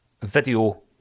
Video